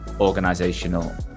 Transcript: organizational